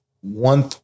One